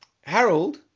Harold